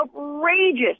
outrageous